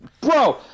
Bro